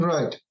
Right